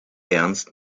ernst